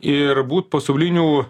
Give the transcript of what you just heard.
ir būt pasaulinių